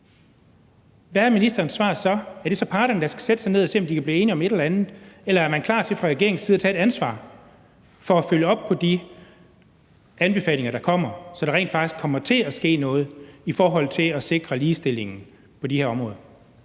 hvad er ministerens svar så? Er det så parterne, der skal sætte sig ned og se, om de kan blive enige om et eller andet, eller er man klar til fra regeringens side at tage et ansvar for at følge op på de anbefalinger, der kommer, så der rent faktisk kommer til at ske noget i forhold til at sikre ligestilling på de her områder?